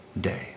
day